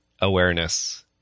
awareness